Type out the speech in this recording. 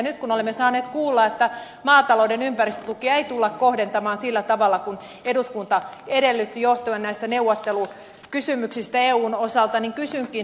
nyt kun olemme saaneet kuulla että maatalouden ympäristötukia ei tulla kohdentamaan sillä tavalla kuin eduskunta edellytti johtuen näistä neuvottelukysymyksistä eun osalta niin kysynkin